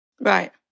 Right